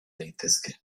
daitezke